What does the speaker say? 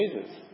Jesus